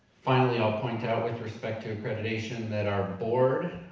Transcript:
finally, i'll point out with respect to accreditation that our board,